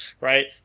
Right